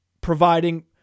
providing